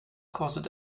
kostet